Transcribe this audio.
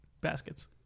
baskets